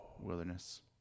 wilderness